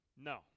No